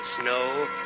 Snow